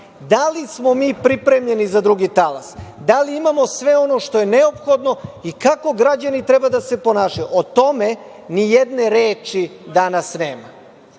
Da li smo mi pripremljeni za drugi talas? Da li imamo sve ono što je neophodno i kako građani treba da se ponašaju? O tome nijedne reči danas nema. Mi